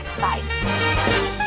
Bye